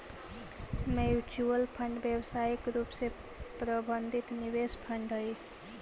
mutual fund व्यावसायिक रूप से प्रबंधित निवेश फंड हई